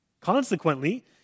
Consequently